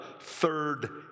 third